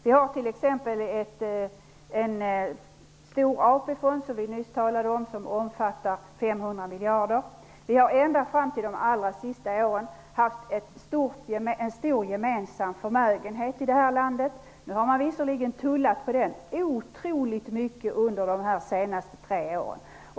Vi har t.ex. en stor AP-fond, som vi nyss talade om, som omfattar 500 miljarder. Vi har ända fram till de allra senaste åren haft en stor gemensam förmögenhet i det här landet. Nu har man visserligen tullat på den otroligt mycket under de senaste tre åren.